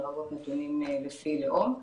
לרבות נתונים לפי לאום.